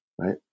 right